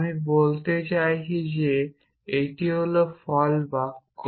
আমি বলতে চাইছি যে এটি হল ফল বাক্য